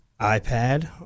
iPad